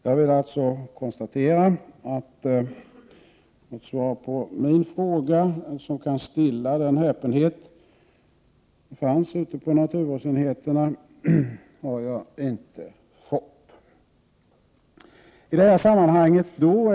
Jag vill alltså konstatera att något svar på min fråga som kan stilla den häpenhet som finns på naturvårdsenheterna har jag inte fått.